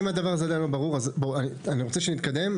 אני רוצה שנתקדם.